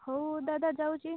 ହଉ ଦାଦା ଯାଉଛି